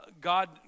God